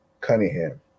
Cunningham